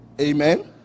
Amen